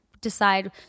decide